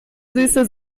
süße